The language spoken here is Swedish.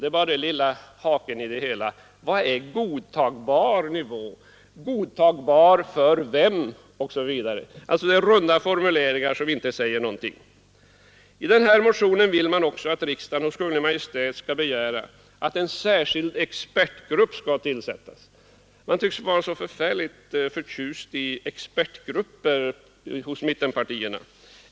Det är bara den lilla haken: Vad är en godtagbar nivå? Godtagbar för vem? Det är runda formuleringar som inte säger någonting. I motionen vill man också att riksdagen hos Kungl. Maj:t skall begära att en särskild expertgrupp tillsätts. Mittpartierna tycks vara förfärligt förtjusta i expertgrupper.